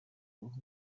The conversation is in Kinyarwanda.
ubu